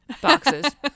boxes